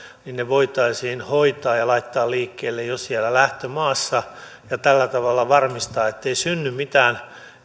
voitaisiin hoitaa ja laittaa liikkeelle jo siellä lähtömaassa ja tällä tavalla varmistaa ettei sitten synny mitään